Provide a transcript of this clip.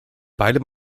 beide